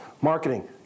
Marketing